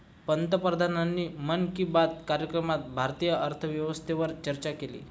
पंतप्रधानांनी मन की बात कार्यक्रमात भारतीय अर्थव्यवस्थेवर चर्चा केली